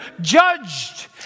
judged